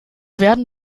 werden